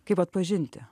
kaip atpažinti